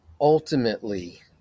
ultimately